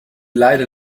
leider